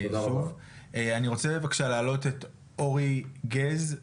אני רוצה בבקשה להעלות את אורי גז.